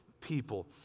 people